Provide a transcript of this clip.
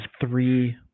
three